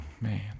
man